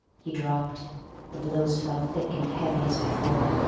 he dropped the blows fell thick and heavy as before.